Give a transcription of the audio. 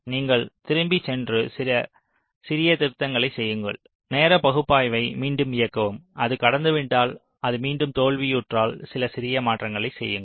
நீங்கள் திரும்பிச் சென்று சிறிய திருத்தங்களைச் செய்யுங்கள் நேர பகுப்பாய்வை மீண்டும் இயக்கவும் அது கடந்துவிட்டால் அது மீண்டும் தோல்வியுற்றால் சில சிறிய மாற்றங்களைச் செய்யுங்கள்